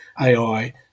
AI